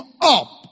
up